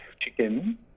chicken